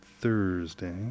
Thursday